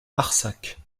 arsac